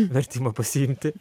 vertimą pasiimti